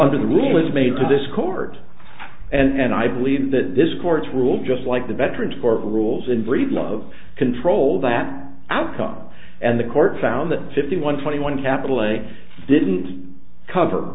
under the rule was made to this court and i believe that this court ruled just like the veterans court rules and breedlove control that outcome and the court found that fifty one twenty one capital a didn't cover